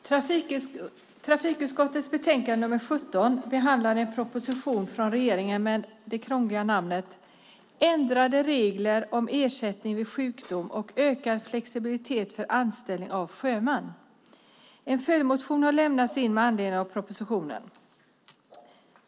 Fru talman! Trafikutskottets betänkande nr 17 behandlar en proposition från regeringen med den krångliga titeln Ändrade regler om ersättning vid sjukdom och ökad flexibilitet för anställning av sjömän . En följdmotion har väckts med anledning av propositionen.